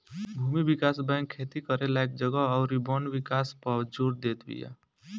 भूमि विकास बैंक खेती करे लायक जगह अउरी वन विकास पअ जोर देत बिया